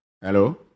Hello